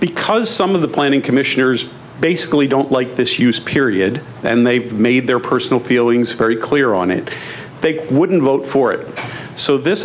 because some of the planning commissioners basically don't like this use period and they've made their personal feelings very clear on it they wouldn't vote for it so this